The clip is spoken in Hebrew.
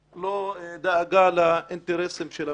ולא דאגה לאינטרסים של המדינה.